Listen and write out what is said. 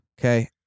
Okay